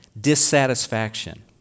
dissatisfaction